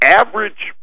average